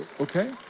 Okay